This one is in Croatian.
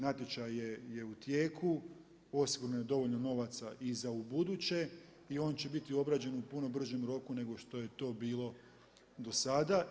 Natječaj je u tijeku, osigurano je dovoljno novaca i za ubuduće i on će biti obrađen u puno bržem roku nego što je to bilo do sada.